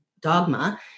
dogma